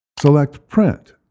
select print,